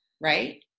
right